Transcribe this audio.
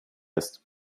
ist